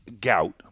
gout